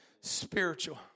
spiritual